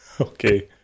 Okay